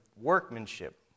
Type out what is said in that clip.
workmanship